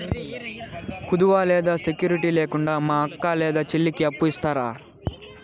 కుదువ లేదా సెక్యూరిటి లేకుండా మా అక్క లేదా చెల్లికి అప్పు ఇస్తారా?